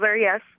yes